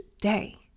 day